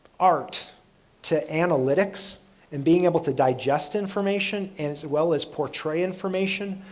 art to analytics and being able to digest information and as well as portray information,